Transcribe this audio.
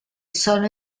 sono